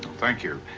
thank you.